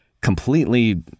completely